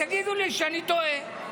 תגידו לי שאני טועה.